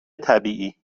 طبیعی